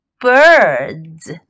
birds